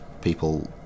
people